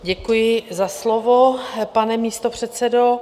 Děkuji za slovo, pane místopředsedo.